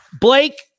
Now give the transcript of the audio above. Blake